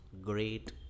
great